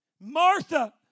Martha